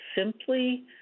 simply